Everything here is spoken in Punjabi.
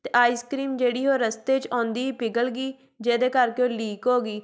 ਅਤੇ ਆਈਸਕ੍ਰੀਮ ਜਿਹੜੀ ਉਹ ਰਸਤੇ 'ਚ ਆਉਂਦੀ ਪਿਘਲ ਗਈ ਜਿਹਦੇ ਕਰਕੇ ਉਹ ਲੀਕ ਹੋ ਗਈ